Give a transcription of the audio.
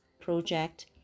project